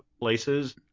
places